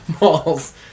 Malls